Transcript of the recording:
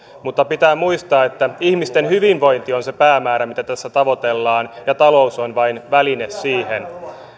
mutta pitää muistaa että ihmisten hyvinvointi on se päämäärä mitä tässä tavoitellaan ja talous on vain väline siihen